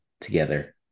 together